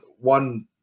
one